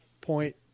point